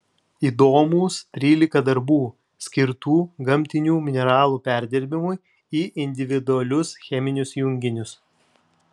įdomūs trylika darbų skirtų gamtinių mineralų perdirbimui į individualius cheminius junginius